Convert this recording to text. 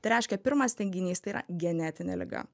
tai reiškia pirmas teiginys tai yra genetinė liga